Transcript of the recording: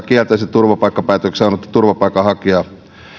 kielteisen turvapaikkapäätöksen saanutta turvapaikanhakijaa